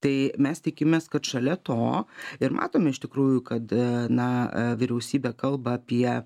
tai mes tikimės kad šalia to ir matome iš tikrųjų kad na vyriausybė kalba apie